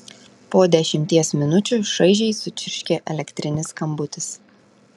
po dešimties minučių šaižiai sučirškė elektrinis skambutis